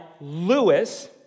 Lewis